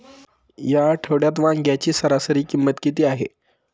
या आठवड्यात वांग्याची सरासरी किंमत किती आहे?